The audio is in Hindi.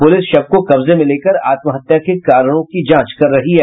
पुलिस शव को कब्जे में लेकर आत्महत्या के कारणों की जांच कर रही है